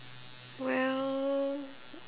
well